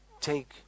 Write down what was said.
take